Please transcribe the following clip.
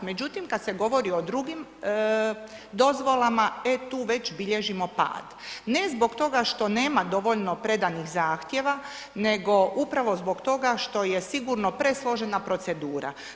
Međutim, kada se govori o drugim dozvolama, e tu već bilježimo pad ne zbog toga što nema dovoljno predanih zahtjeva, nego upravo zbog toga što je sigurno presložena procedura.